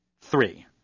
Three